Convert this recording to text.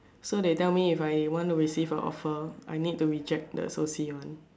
so they tell me if I want to receive a offer I need to reject the social one